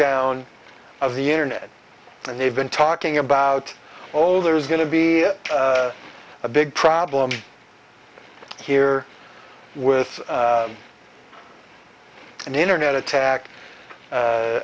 down of the internet and they've been talking about oh there's going to be a big problem here with an internet attack